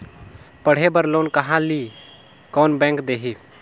पढ़े बर लोन कहा ली? कोन बैंक देही?